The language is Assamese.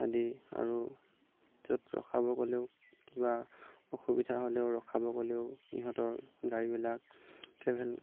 আদি আৰু য'ত ৰখাব ক'লেও কিবা অসুবিধা হ'লেও ৰখাব ক'লেও ইহঁতৰ গাড়ীবিলাক ট্ৰেভেল